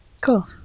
Cool